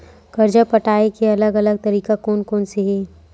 कर्जा पटाये के अलग अलग तरीका कोन कोन से हे?